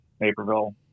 Naperville